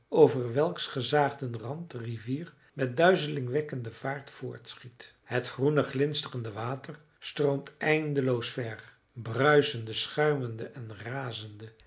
over welks gezaagden rand de rivier met duizelingwekkende vaart voortschiet het groene glinsterende water stroomt eindeloos ver bruisende schuimende en razende